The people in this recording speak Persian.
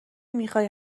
میخای